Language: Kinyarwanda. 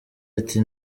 ati